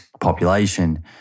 population